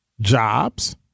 jobs